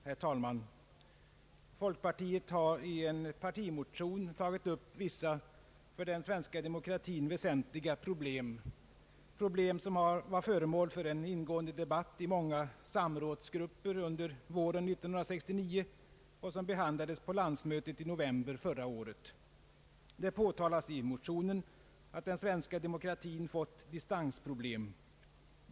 Herr talman! Folkpartiet har i en partimotion tagit upp vissa för den svenska demokratin väsentliga problem. Dessa problem har varit föremål för ingående debatt i många samrådsgrupper under våren 1969 och behandlades på landsmötet i november förra året. Det påtalas i motionen att den svenska demokratin har fått distansproblem.